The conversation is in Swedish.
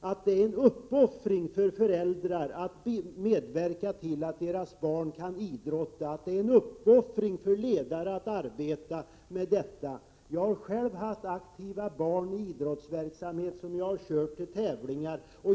att det är en uppoffring för föräldrar att medverka till att deras barn kan idrotta och att det är en uppoffring för ledarna att arbeta med detta. Jag har själv haft barn som har varit aktiva iidrottsverksamhet och som jag har kört till tävlingar.